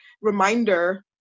reminder